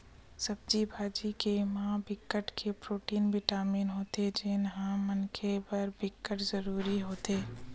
सब्जी भाजी के म बिकट के प्रोटीन, बिटामिन होथे जेन ह मनखे बर बिकट जरूरी होथे